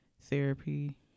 therapy